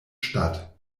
statt